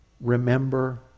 remember